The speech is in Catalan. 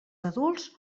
adults